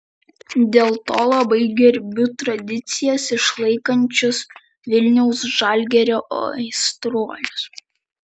dėl to labai gerbiu tradicijas išlaikančius vilniaus žalgirio aistruolius